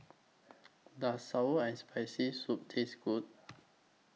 Does Sour and Spicy Soup Taste Good